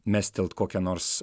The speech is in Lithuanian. mestelt kokią nors